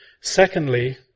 Secondly